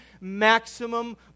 maximum